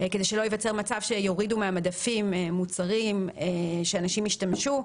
כדי שלא ייווצר מצב שיורידו מהמדפים מוצרים שאנשים השתמשו,